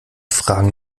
fragen